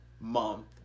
Month